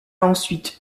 ensuite